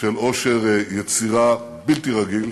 של עושר יצירה בלתי רגיל,